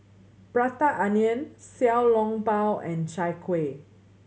Prata Onion Xiao Long Bao and Chai Kueh